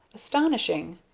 astonishing.